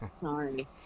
sorry